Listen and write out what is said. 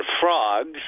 frogs